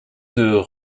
deux